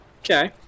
Okay